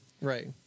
Right